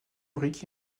briques